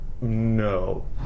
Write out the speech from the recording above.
No